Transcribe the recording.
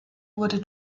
wurde